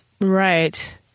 right